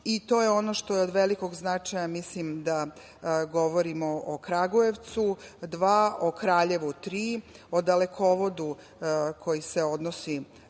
To je ono što je od velikog značaja. Mislim da govorimo o "Kragujevcu 2", o "Kraljevu 3", o dalekovodu koji se odnosi